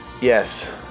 yes